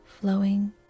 flowing